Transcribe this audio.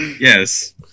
Yes